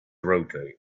rotate